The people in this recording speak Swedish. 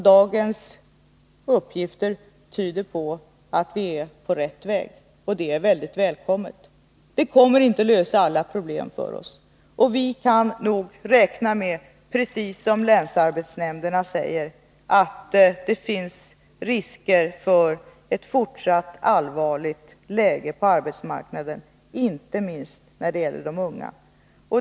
Dagens uppgifter tyder på att vi är på rätt väg, och det är mycket välkommet. Det kommer inte att lösa alla problem för oss, och vi kan räkna med — precis som länsarbetsnämnderna säger — att det finns risker för ett fortsatt allvarligt läge på arbetsmarknaden, inte minst när det gäller de unga.